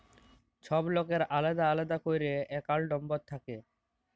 ছব লকের আলেদা আলেদা ক্যইরে একাউল্ট লম্বর থ্যাকে